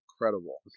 incredible